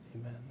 Amen